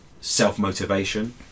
self-motivation